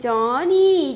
Johnny